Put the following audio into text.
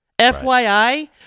FYI